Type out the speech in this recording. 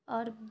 اور